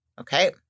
okay